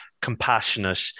compassionate